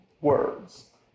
words